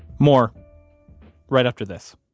more right after this